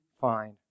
find